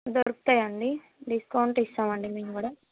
దొరుకుతాయి అండి డిస్కౌంట్ ఇస్తాం అండి మేము కూడా